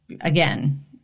again